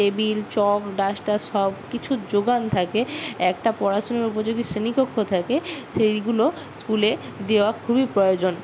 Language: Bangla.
টেবিল চক ডাস্টার সবকিছুর জোগান থাকে একটা পড়াশুনোর উপযোগী শ্রেণীকক্ষ থাকে সেইগুলো স্কুলে দেওয়া খুবই প্রয়োজন